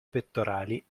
pettorali